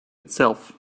itself